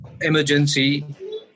emergency